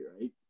right